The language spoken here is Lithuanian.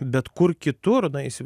bet kur kitur na jis jau